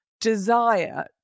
desire